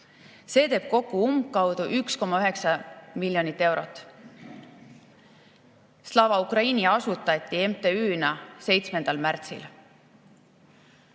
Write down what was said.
See teeb kokku umbkaudu 1,9 miljonit eurot. Slava Ukraini asutati MTÜ‑na 7. märtsil.